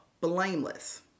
blameless